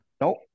Nope